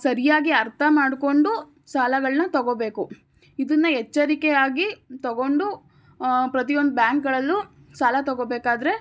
ಸರಿಯಾಗಿ ಅರ್ಥ ಮಾಡಿಕೊಂಡು ಸಾಲಗಳನ್ನ ತಗೋಬೇಕು ಇದನ್ನು ಎಚ್ಚರಿಕೆಯಾಗಿ ತಗೊಂಡು ಪ್ರತಿಯೊಂದು ಬ್ಯಾಂಕ್ಗಳಲ್ಲೂ ಸಾಲ ತಗೋಬೇಕಾದರೆ